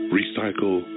recycle